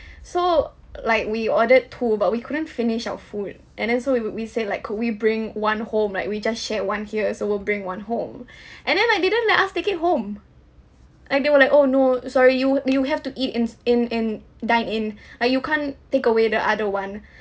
so like we ordered two but we couldn't finish our food and then so we we said like could we bring one home like we just share one here so we'll bring one home and then like didn't let us take it home and they were like oh no sorry you you have to eat in in in dine in uh you can't take away the other one